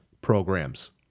programs